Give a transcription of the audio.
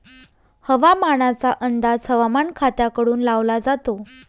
हवामानाचा अंदाज हवामान खात्याकडून लावला जातो